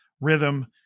rhythm